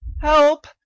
Help